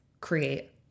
create